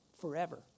forever